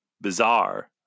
bizarre